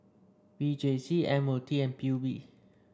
V J C M O T and P U B